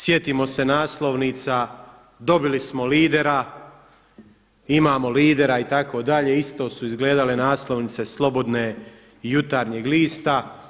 Sjetimo se naslovnica, dobili smo lidera, imamo lidera itd., isto su izgledale naslovnice Slobodne i Jutarnjeg lista.